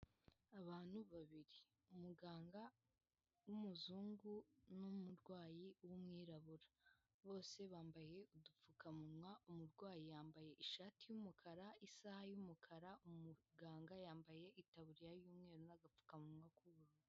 Abantu babiri, umuganga w'umuzungu n'umurwayi w'umwirabura bose bambaye udupfukamunwa, umurwayi yambaye ishati y'umukara, isaha y'umukara, umuganga yambaye itaburiya y'umweru n'agapfukamunwa.